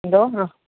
എന്തോ ആ